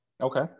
Okay